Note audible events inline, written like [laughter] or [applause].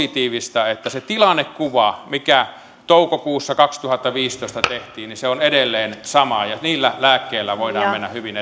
positiivista että se tilannekuva mikä toukokuussa kaksituhattaviisitoista tehtiin on edelleen sama ja niillä lääkkeillä voidaan mennä hyvin [unintelligible]